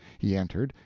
he entered,